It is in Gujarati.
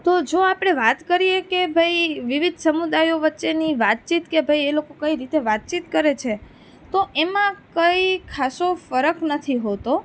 તો જો આપણે વાત કરીએ કે ભાઈ વિવિધ સમુદાયો વચ્ચેની વાતચીત કે ભાઈ એ લોકો કઈ રીતે વાતચીત કરે છે તો એમાં કંઇ ખાસો ફરક નથી હોતો